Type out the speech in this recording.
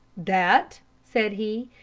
that, said he,